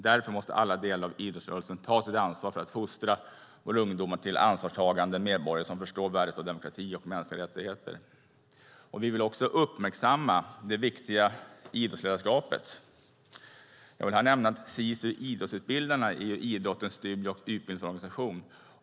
Därför måste alla delar av idrottsrörelsen ta sitt ansvar för att fostra våra ungdomar till ansvarstagande medborgare som förstår värdet av demokrati och mänskliga rättigheter. Vi vill också uppmärksamma det viktiga idrottsledarskapet. Jag vill nämna att Sisu Idrottsutbildarna är idrottens studie och utbildningsorganisation.